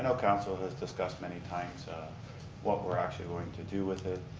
um council has discussed many times what we're actually going to do with it.